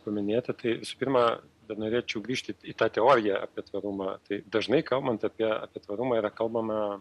paminėti tai pirma bet norėčiau grįžti į tą teoriją apie tvarumą tai dažnai kalbant apie apie tvarumą yra kalbama